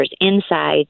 inside